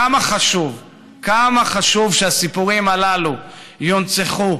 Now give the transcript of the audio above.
כמה חשוב שהסיפורים הללו יונצחו,